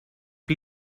you